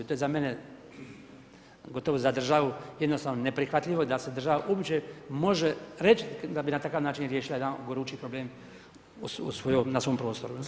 To je za mene, pogotovo za državu jednostavno neprihvatljivo da se država uopće može reći da bi na takav način riješila jedan gorući problem na svom prostoru.